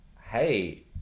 Hey